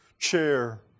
chair